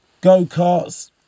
go-karts